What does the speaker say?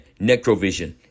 Necrovision